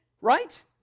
Right